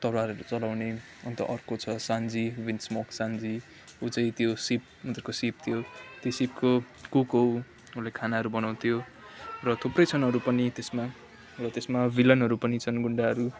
तलवारहरू चलाउने अन्त अर्को छ सान्जी विन्समोक सान्जी ऊ चाहिँ त्यो सिप उनीहरूको सिप त्यो त्यो सिपको कुक हो ऊ ऊले खानाहरू बनाउथ्यो र थुप्रै छन् अरू पनि त्यसमा र त्यसमा भिलनहरू पनि छन् गुन्डाहरू